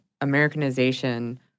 Americanization